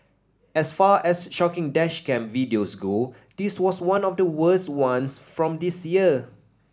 as far as shocking dash cam videos go this was one of the worst ones from this year